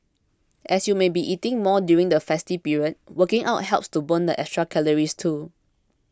as you may be eating more during the festive period working out helps to burn the extra calories too